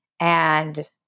And-